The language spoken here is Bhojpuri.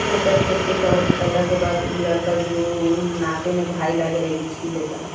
ओकर खेत के चावल खैला के बाद उ लड़का जोन नाते में भाई लागेला हिच्की लेता